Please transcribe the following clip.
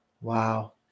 Wow